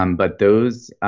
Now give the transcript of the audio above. um but those